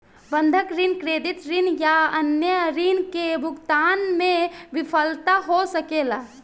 बंधक ऋण, क्रेडिट ऋण या अन्य ऋण के भुगतान में विफलता हो सकेला